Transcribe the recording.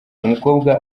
umukobwa